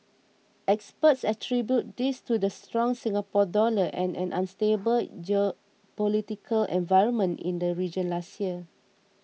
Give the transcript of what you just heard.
experts attribute this to the strong Singapore Dollar and an unstable geopolitical environment in the region last year